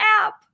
app